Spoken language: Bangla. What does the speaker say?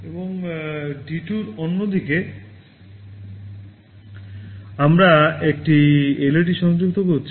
এবং D 2 এর অন্যদিকে আমরা একটি এলইডি সংযুক্ত করছি